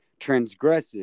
transgressive